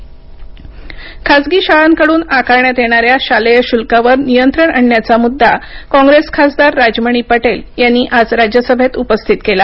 शाळा फी खासगी शाळांकडून आकारण्यात येण्याऱ्या शालेय शुल्कावर नियंत्रण आणण्याचा मुद्दा काँग्रेस खासदार राजमणी पटेल यांनी आज राज्यसभेत उपस्थित केला